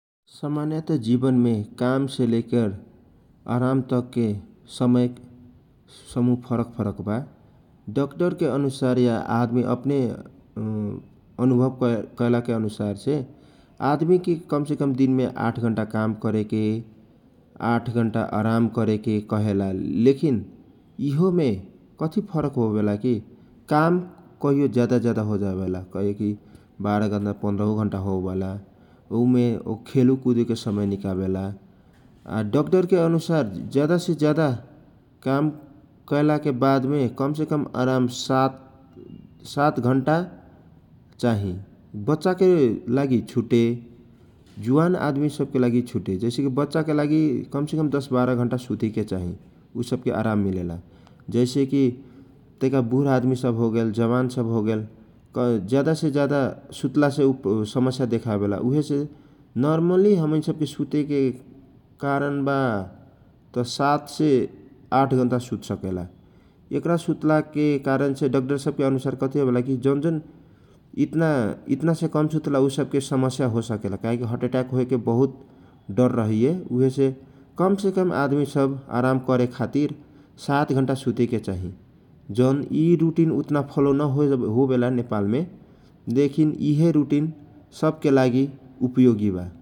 सामान्य त जिवनमे काम से ले को आराम तकके समय समूह फरक फरक बा । डक्टरके अनुसार या आदमी अपने अनुभव कैलाके अनुसारसे आदमीके कमसे कम दिनमे आठ घण्टा काम करेक, आठ घण्टा आराम करके कहेला लेकिन यीहोमे कथी फरक होवेला कि काम कहियो ज्यादा ज्यादा होजावेला, काहेकि बार्हु पन्द्रहु घण्टा होजावेला । उहेमे खेलकुदेके भि समय निकालेके परेला । डक्टरके अनुसार ज्यादा से ज्यादा काम कैलाके वादमे सा सात घण्टा चाही, बच्चाके लागि छुटे, जुवान आदमी के लागि छुटो जैसे कि बच्चा आदमीके कम से कम दश बाह्र घण्टा सुतेके चाही । उ सबके आराम मिलेला जैसे कि तैका बुर आदमी सब होगेल, जवान सब होगेल, ज्याद से ज्याद सुतला से समस्या देखावला । नरमली हमैस सबके सुतेके कारण बा सात से आठ घण्टा सुत सकेला । एकरा सुतलाके कारणसे डक्टरको अनुसार कथि होवेला जौन जौन कि यितना यितना कम सुतला ऊ सबके समस्या होसकेला काहेकी हटहतटाक होएके बहुत डर रहै उहे से कमसे कम आदमी आराम करे खातिर सात घण्टा सुतेके चाहि जौन यि रुटि फलो न होवेला नेपाल मे लेकि यि रुटिन सबके लागि उपयोगी बा ।